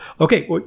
Okay